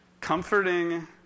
comforting